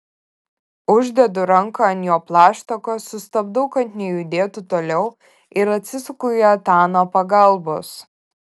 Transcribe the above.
uždedu ranką ant jo plaštakos sustabdau kad nejudėtų toliau ir atsisuku į etaną pagalbos